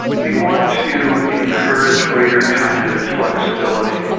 we want to encourage greater cognitive flexibility.